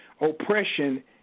oppression